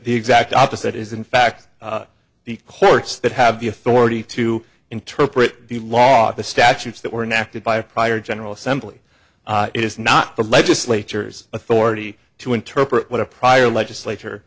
the exact opposite is in fact the courts that have the authority to interpret the law the statutes that were enacted by a prior general assembly it is not the legislatures authority to interpret what a prior legislature